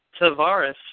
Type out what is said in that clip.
Tavares